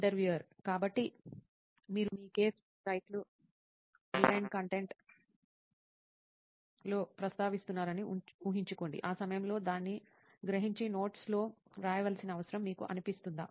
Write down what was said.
interviewer కాబట్టి మీరు మీ కేస్ వెబ్సైట్లు ఆన్లైన్ కంటెంట్లో ప్రస్తావిస్తున్నారని ఊహించుకోండి ఆ సమయంలో దాన్ని గ్రహించి నోట్స్లో వ్రాయవలసిన అవసరం మీకు అనిపిస్తుందా